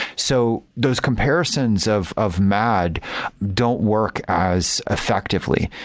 so those comparisons of of mad don't work as effectively.